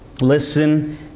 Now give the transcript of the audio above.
Listen